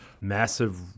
massive